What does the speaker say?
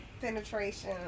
penetration